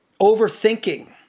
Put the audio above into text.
Overthinking